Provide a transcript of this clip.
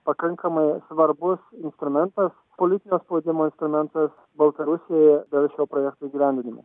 pakankamai svarbus instrumentas politinio spaudimo instrumentas baltarusijai dėl šio projekto įgyvendinimo